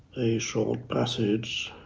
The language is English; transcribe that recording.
a short passage